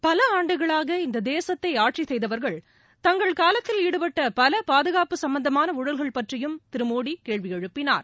பல ஆண்டுகளாக இந்த தேசத்தை ஆட்சி செய்தவா்கள் தங்கள் காலத்தில் ஈடுபட்ட பல பாதுகாப்பு சம்பந்தமான ஊழல்கள் பற்றியும் திரு மோடி கேள்வி எழுப்பினார்